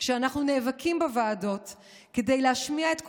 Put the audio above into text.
כשאנחנו נאבקים בוועדות כדי להשמיע את קולנו,